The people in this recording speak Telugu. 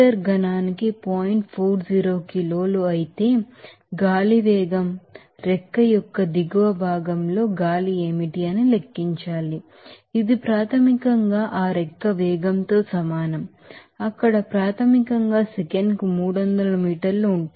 40 కిలోలు అయితే గాలి వేగం రెక్క యొక్క దిగువ భాగంలో గాలి ఏమిటి ఇది ప్రాథమికంగా ఆ వింగ్ వెలాసిటీ తో సమానం అక్కడ ప్రాథమికంగా సెకనుకు 300 మీటర్లు ఉంటుంది